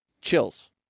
chills